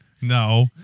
No